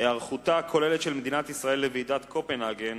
היערכותה הכוללת של מדינת ישראל לוועידת קופנהגן,